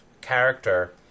character